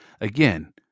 Again